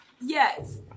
Yes